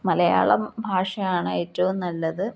മലയാളം ഭാഷയാണ് ഏറ്റവും നല്ലത്